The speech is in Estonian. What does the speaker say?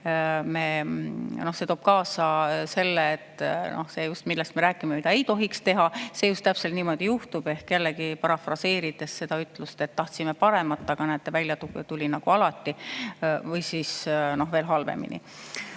see toob kaasa selle, et kui me räägime, mida ei tohiks teha, see just täpselt niimoodi juhtub. Ehk jällegi parafraseerin üht ütlust: tahtsime paremat, aga näed, välja tuli nagu alati või siis veel halvemini.